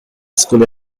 school